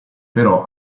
però